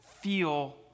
feel